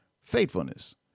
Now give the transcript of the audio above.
faithfulness